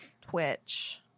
twitch